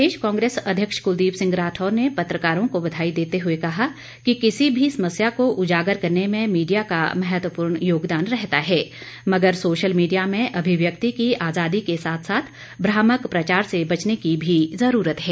प्रदेश कांग्रेस अध्यक्ष कुलदीप सिंह राठौर ने पत्रकारों को बधाई देते हुए कहा कि किसी भी समस्या को उजागर करने में मीडिया का महत्वपूर्ण योगदान रहता है मगर सोशल मीडिया में अभिव्यक्ति की आजादी के साथ साथ भ्रामक प्रचार से बचने की भी ज़रूरत है